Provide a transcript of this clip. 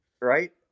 Right